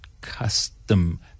custom